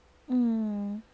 mm